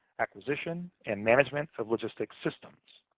acquisition, and management of logistic systems.